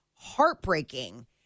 heartbreaking